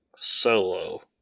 Solo